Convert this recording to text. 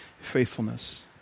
faithfulness